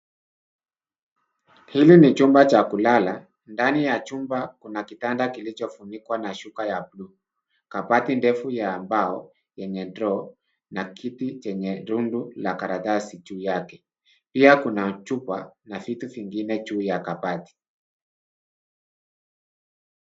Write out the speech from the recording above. Hili ni chumba cha kulala. Ndani ya chumba kuna kitanda kilichofunikwa na shuka ya blue , kabati ndefu ya mbao yenye drawer , na kiti chenye rundu la karatasi juu yake. Pia kuna chupa, na vitu vingine juu ya kabati.